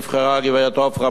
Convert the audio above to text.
גברת עפרה מייזלס,